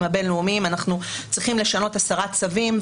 הבין-לאומיים אנחנו צריכים לשנות עשרה צווים,